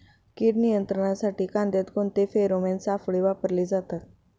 कीड नियंत्रणासाठी कांद्यात कोणते फेरोमोन सापळे वापरले जातात?